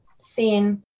seen